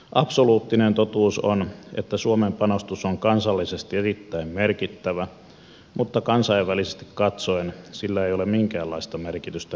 absoluuttinen totuus on että suomen panostus on kansallisesti erittäin merkittävä mutta kansainvälisesti katsoen sillä ei ole minkäänlaista merkitystä kriisin ehkäisylle